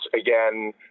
again